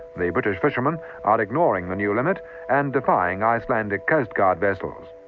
the british fishermen are ignoring the new limit and defying icelandic coastguard vessels.